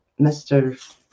Mr